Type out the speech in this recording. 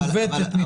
מעוותת.